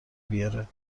بیاره